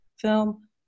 film